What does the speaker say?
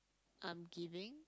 I'm giving